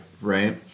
Right